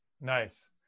Nice